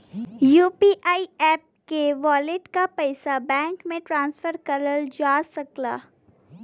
UPI app के wallet क पइसा बैंक में ट्रांसफर करल जा सकला